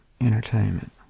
entertainment